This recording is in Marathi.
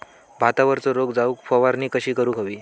भातावरचो रोग जाऊक फवारणी कशी करूक हवी?